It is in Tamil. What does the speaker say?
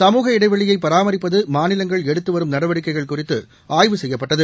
சமூக இடைவெளியை பராமிப்பது மாநிலங்கள் எடுத்துவரும் நடவடிக்கைகள் குறித்து ஆய்வு செய்யப்பட்டது